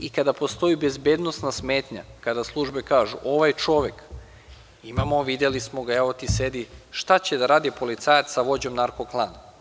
I, kada postoji bezbednosna smetnja, kada službe kažu – ovaj čovek, videli smo ga, evo, sedi, šta će da radi policajac sa vođom narko klana?